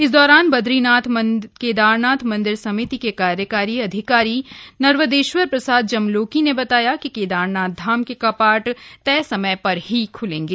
इस दौरान बदरीनाथ केदारनाथ मंदिर समिति के कार्यकारी अधिकारी नर्वदेश्वर प्रसाद जमलोकी ने बताया कि केदारनाथ धाम के कपाट तय समय पर ही खुलेंगे